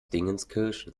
dingenskirchen